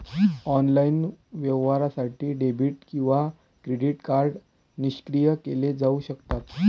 online व्यवहारासाठी debit किंवा credit card निष्क्रिय केले जाऊ शकतात